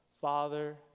Father